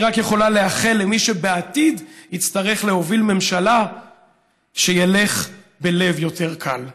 אני רק יכולה לאחל למי שבעתיד יצטרך להוביל ממשלה שילך בלב יותר קל.